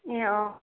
ए अँ